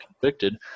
convicted